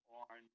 on